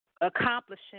accomplishing